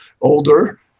older